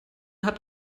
hat